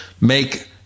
make